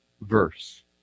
verse